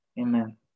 Amen